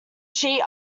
sheet